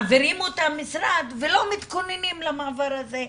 מעבירים אותה משרד ולא מתכוננים למעבר הזה.